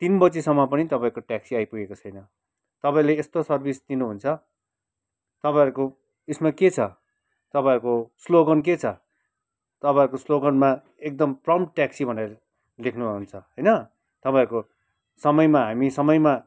तिन बजीसम्म पनि तपाईँको ट्याक्सी आइपुगेको छैन तपाईँले यस्तो सर्भिस दिनुहुन्छ तपाइँहरूको यसमा के छ तपाईँहरूको स्लोगन के छ तपाईँहरूको स्लोगनमा एकदम प्रम्प्ट ट्याक्सी भनेर लेख्नुहुन्छ होइन तपाईँहरूको समयमा हामी समयमा